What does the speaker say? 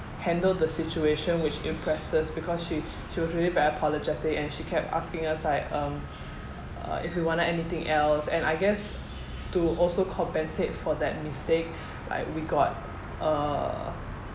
handled the situation which impressed us because she she was really very apologetic and she kept asking us like um uh if we wanted anything else and I guess to also compensate for that mistake like we got uh